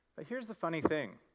but here's the funny thing.